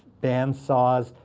band saws,